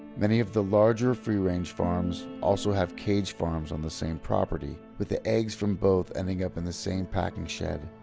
many of the larger free range farms also have cage farms on the same property, with the eggs from both ending up in the same packing shed.